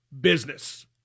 business